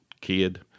kid